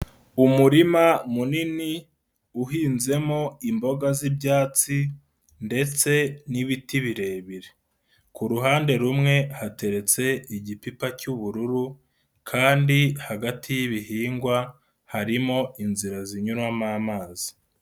Umurima munini uhinzemo imboga z'ibyatsi ndetse n'ibiti birebire, ku ruhande rumwe hateretse igipipa cy'ubururu kandi hagati y'ibihingwa harimo inzira zinyuramo amazi.